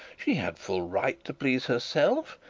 she had full right to please herself,